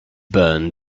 burned